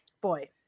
boy